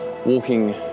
walking